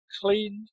cleaned